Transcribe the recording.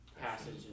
Passage